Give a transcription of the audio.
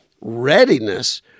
readiness